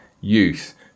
youth